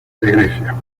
grecia